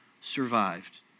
survived